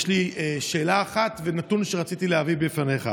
יש לי שאלה אחת ונתון שרציתי להביא בפניך.